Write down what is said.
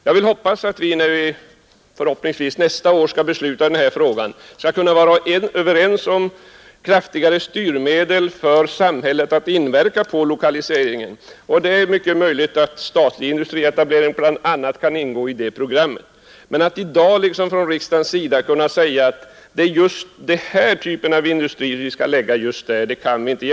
Jag vill hoppas att vi när vi kanske nästa år skall besluta i den här frågan kan vara överens om kraftigare styrmedel för samhället för att inverka på lokaliseringen. Det är mycket möjligt att statlig industrietablering kommer att ingå i det programmet, men riksdagen kan inte gärna säga i dag att just den eller den typen av industri skall förläggas till den eller den platsen.